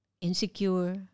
insecure